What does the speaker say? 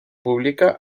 publica